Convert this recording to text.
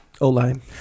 O-line